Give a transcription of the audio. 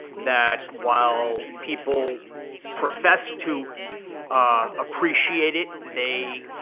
that while people profess to appreciate it, they